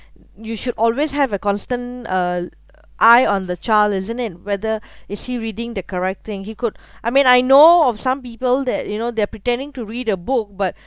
you should always have a constant uh eye on the child isn't in whether is he reading the correct thing he could I mean I know of some people that you know they're pretending to read a book but